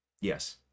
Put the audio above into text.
Yes